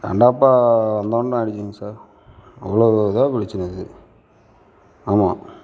ஏன்டாப்பா வந்தோம்னு ஆயிடுச்சிங்க சார் அவ்வளவு இதாக போய்டுச்சி நேற்று ஆமாம்